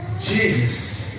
Jesus